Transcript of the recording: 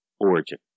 origin